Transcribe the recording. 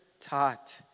taught